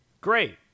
Great